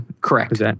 Correct